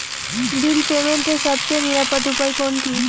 বিল পেমেন্টের সবচেয়ে নিরাপদ উপায় কোনটি?